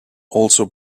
also